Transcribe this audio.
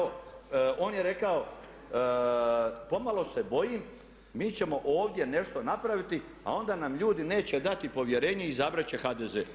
On je rekao, pomalo se bojim, mi ćemo ovdje nešto napraviti a onda nam ljudi neće dati povjerenje i izabrati će HDZ.